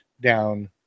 down